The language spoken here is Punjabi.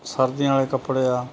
ਸਰਦੀਆਂ ਵਾਲੇ ਕੱਪੜੇ ਆ